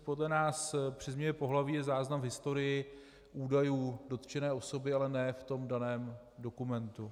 Podle nás při změně pohlaví je záznam v historii údajů dotčené osoby, ale ne v tom daném dokumentu.